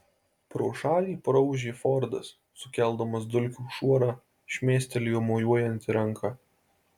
pro šalį praūžė fordas sukeldamas dulkių šuorą šmėstelėjo mojuojanti ranka